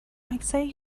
عکسای